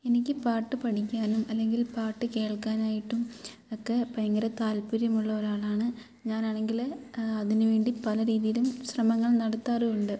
എനിക്ക് പാട്ട് പഠിക്കാനും അല്ലെങ്കിൽ പാട്ട് കേൾക്കാനായിട്ടും ഒക്കെ ഭയങ്കര താല്പര്യമുള്ള ഒരാളാണ് ഞാനാണെങ്കിൽ അതിന് വേണ്ടി പല രീതിയിലും ശ്രമങ്ങൾ നടത്താറുമുണ്ട്